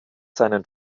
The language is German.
seinen